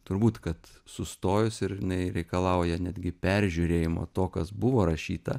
turbūt kad sustojus ir jinai reikalauja netgi peržiūrėjimo to kas buvo rašyta